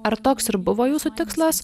ar toks ir buvo jūsų tikslas